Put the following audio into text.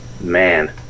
man